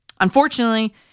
Unfortunately